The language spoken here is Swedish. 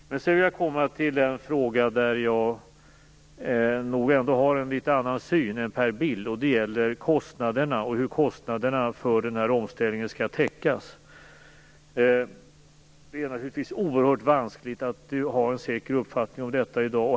Sedan kommer jag till en fråga där jag nog ändå har en litet annan syn än Per Bill, och det gäller kostnaderna för den här omställningen och hur de skall täckas. Det är naturligtvis oerhört vanskligt att ha en säker uppfattning om detta i dag.